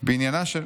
"בעניינה של"